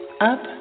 up